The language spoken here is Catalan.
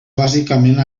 bàsicament